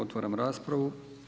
Otvaram raspravu.